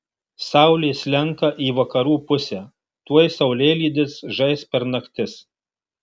saulė slenka į vakarų pusę tuoj saulėlydis žais per naktis